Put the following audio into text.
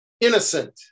Innocent